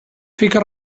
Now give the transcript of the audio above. fica